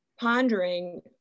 pondering